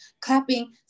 clapping